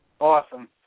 Awesome